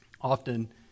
Often